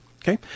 Okay